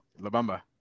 Labamba